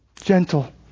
gentle